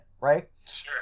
right